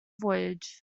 voyage